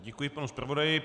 Děkuji panu zpravodaji.